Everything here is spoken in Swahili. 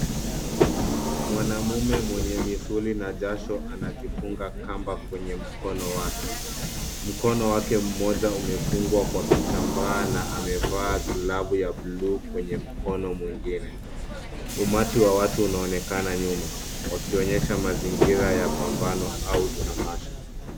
Mwanaume mwenye misuli na jasho anajifunga kamba kwenye mkono wake. Mkono wake mmoja umefungwa kwa kitambaa na amevaa glavu ya blue kwenye mkono mwengine. Umati wa watu unaonekana nyuma, wakionyesha mazingira ya pambano au tamasha.